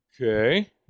Okay